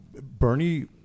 Bernie